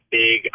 big